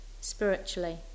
spiritually